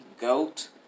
goat